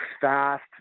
fast